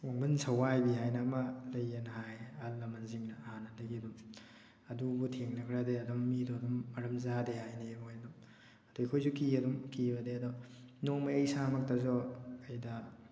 ꯋꯥꯡꯕꯟ ꯁꯋꯥꯏꯕꯤ ꯍꯥꯏꯅ ꯑꯃ ꯂꯩꯌꯦꯅ ꯍꯥꯏ ꯑꯍꯜ ꯂꯃꯟꯁꯤꯡꯅ ꯍꯥꯟꯅꯗꯒꯤ ꯑꯗꯨꯝ ꯑꯗꯨꯕꯨ ꯊꯦꯡꯅꯈ꯭ꯔꯗꯤ ꯑꯗꯨꯝ ꯃꯤꯗꯣ ꯑꯗꯨꯝ ꯃꯔꯝ ꯆꯥꯗꯦ ꯍꯥꯏꯅꯩ ꯃꯣꯏ ꯑꯗꯨꯝ ꯑꯗꯨ ꯑꯩꯈꯣꯏꯁꯨ ꯀꯤ ꯑꯗꯨꯝ ꯀꯤꯕꯗꯤ ꯑꯗꯣ ꯅꯣꯡꯃ ꯑꯩ ꯏꯁꯥꯃꯛꯇꯁꯨ ꯑꯩꯗ